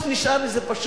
מה שנשאר לי זה פשוט